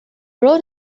wrote